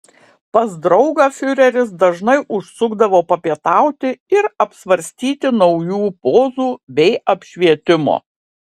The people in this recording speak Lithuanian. pas draugą fiureris dažnai užsukdavo papietauti ir apsvarstyti naujų pozų bei apšvietimo